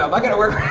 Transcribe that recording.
um i gotta work